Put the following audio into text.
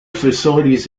facilities